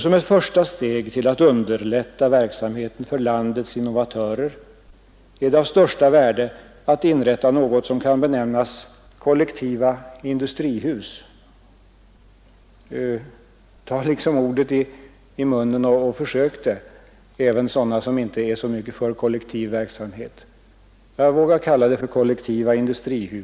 Som ett första steg till att underlätta verksamheten för landets innovatörer är det av största värde att inrätta något som kan benämnas kollektiva industrihus. Tag ordet i munnen och liksom smaka på det, även ni som inte är så mycket för kollektiv verksamhet! Jag vågar i alla fall kalla det kollektiva industrihus.